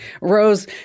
rose